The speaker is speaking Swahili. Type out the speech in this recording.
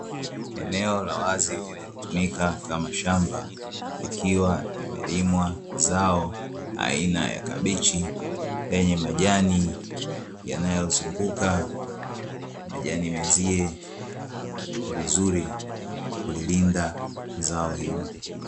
Eneo la wazi linalotumika kama shamba likiwa limelimwa zao aina ya kabichi, yenye majani yanayozunguka majani menzie vizuri kulilinda zao hilo.